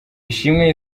ishimwe